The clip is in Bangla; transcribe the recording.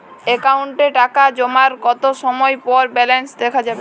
অ্যাকাউন্টে টাকা জমার কতো সময় পর ব্যালেন্স দেখা যাবে?